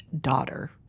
daughter